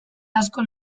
asko